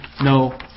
no